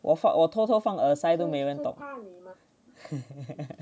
我放偷偷放放耳塞都没人懂